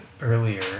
earlier